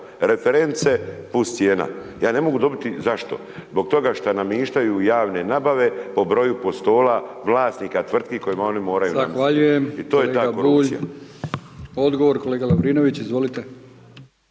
reference plus cijena. Ja ne mogu dobiti, zašto? Zbog toga šta namještaju javne nabave po broju postola vlasnika tvrtki kojima oni moraju namjestiti i to je ta korupcija. **Brkić, Milijan